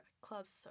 clubs